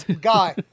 guy